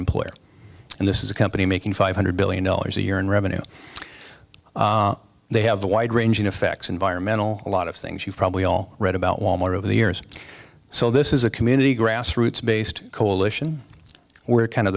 employer and this is a company making five hundred billion dollars a year in revenue they have wide ranging effects environmental a lot of things you've probably all read about wal mart over the years so this is a community grassroots based coalition we're kind of